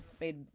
made